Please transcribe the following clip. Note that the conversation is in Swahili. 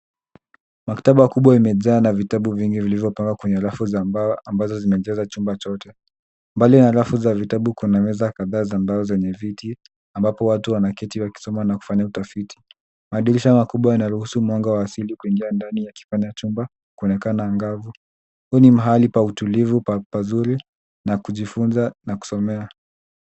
Maktaba kubwa imejaa na vitabu vingi vilivyopangwa kwenye rafu za mbao ambazo zimejaza chumba chote. Mbali na rafu za vitabu kuna meza kadhaa za mbao zenye viti ambapo watu wanaketi wakisoma na kufanya utafiti. Madirisha makubwa yanaruhusu mwanga wa asili kuingia ndani yakifanya chumba kuonekana angavu. Huu ni mahali pa utulivu pazuri na kujifunza na kusomea.